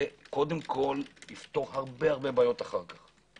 זה יפתור הרבה בעיות אחר כך.